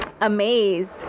amazed